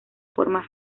forma